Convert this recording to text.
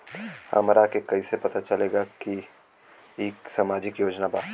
हमरा के कइसे पता चलेगा की इ सामाजिक योजना बा?